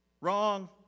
wrong